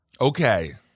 Okay